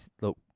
look